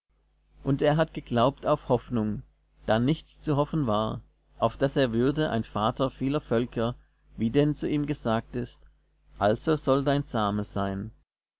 und er hat geglaubt auf hoffnung da nichts zu hoffen war auf daß er würde ein vater vieler völker wie denn zu ihm gesagt ist also soll dein same sein